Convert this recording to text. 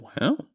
wow